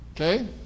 Okay